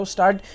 Start